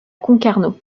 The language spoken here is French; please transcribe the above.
concarneau